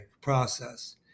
process